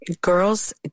girls